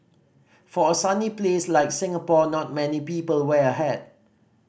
for a sunny place like Singapore not many people wear a hat